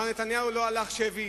מר נתניהו לא הלך שבי